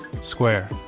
square